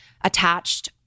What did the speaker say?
attached